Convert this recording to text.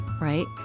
Right